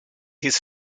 his